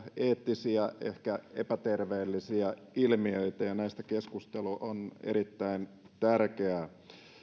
eettisiä ehkä epäterveellisiä ilmiöitä ja näistä keskustelu on erittäin tärkeää